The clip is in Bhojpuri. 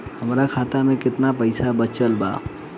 हमरा खाता मे केतना पईसा बचल बा?